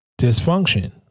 dysfunction